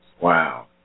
Wow